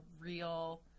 real